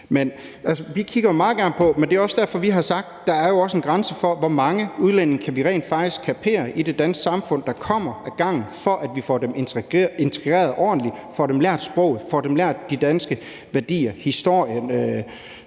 ville ændre dem. Det er også derfor, vi har sagt, at der er en grænse for, hvor mange udlændinge ad gangen vi rent faktisk kan kapere kommer ind i det danske samfund, for at vi får dem integreret ordentligt, får dem lært sproget og får dem lært de danske værdier og historien.